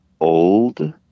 old